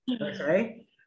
okay